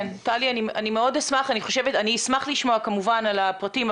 אני אשמח לשמוע כמובן על הפרטים,